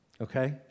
Okay